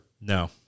No